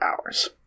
hours